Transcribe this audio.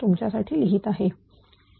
तुमच्यासाठी लिहीत आहे का